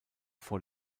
vor